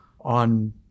on